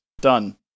Done